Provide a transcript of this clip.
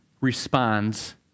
responds